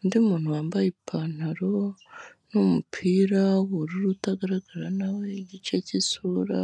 undi muntu wambaye ipantaro, n'umupira w'ubururu utagaragara nawe, igice cy'isura...